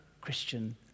Christian